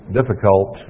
difficult